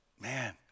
man